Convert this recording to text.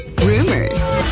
rumors